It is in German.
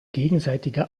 gegenseitige